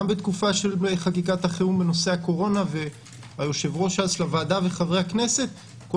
בתקופה של חקיקת החירום בנושא הקורונה והיושב-ראש של הוועדה וחברי הכנסת כל